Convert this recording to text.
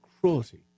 cruelty